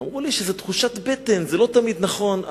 אמרו לי שזו תחושת בטן ושזה לא תמיד נכון,